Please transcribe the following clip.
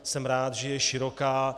Jsem rád, že je široká.